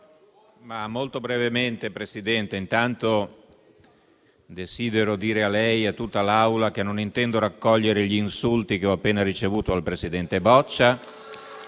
*(FdI)*. Signora Presidente, intanto desidero dire a lei e a tutta l'Assemblea che non intendo raccogliere gli insulti che ho appena ricevuto dal presidente Boccia,